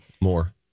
More